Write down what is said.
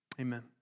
Amen